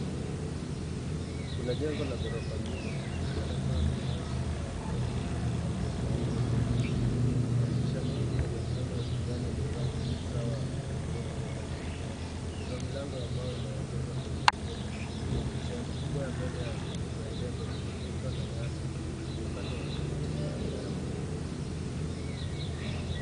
Kuna jengo la ghorofa mbili likiwa na paa la rangi la kahawia na kuta za rangi ya manjano na kijivu, madirisha mengi yenye fremu ya kijani yamepangwa kwa usawa kwenye gorofa zote mbili. Kuna milango ya mbao inayoongoza kwenye vyumba, sehemu kubwa ya mbele ya jengo imefunikwa na nyasi iliyokatwa vizuri chini ya anga ya buluu.